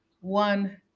one